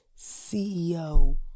CEO